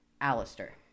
Alistair